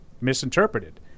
misinterpreted